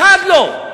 אחד לא.